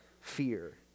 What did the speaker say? fear